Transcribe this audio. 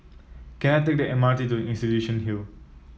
can I take the M R T to Institution Hill